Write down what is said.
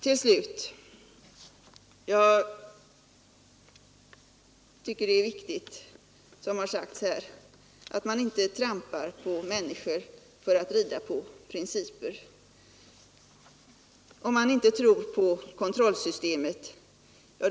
Till slut tycker jag att det är viktigt, såsom sagts här, att man inte trampar på människor för att kunna rida på principer. Om man inte tror på kontrollsystemet,